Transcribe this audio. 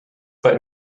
but